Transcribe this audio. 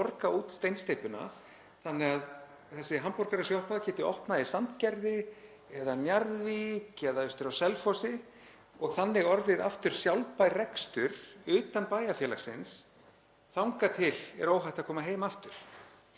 eigninni, að borga út steinsteypuna þannig að þessi hamborgarasjoppa geti opnað í Sandgerði eða Njarðvík eða austur á Selfossi og þannig orðið aftur sjálfbær rekstur utan bæjarfélagsins þangað til það er óhætt að koma heim aftur?